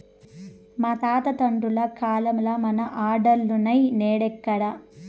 మా తాత తండ్రుల కాలంల మన ఆర్డర్లులున్నై, నేడెక్కడ